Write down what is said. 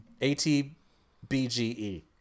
A-T-B-G-E